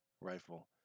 rifle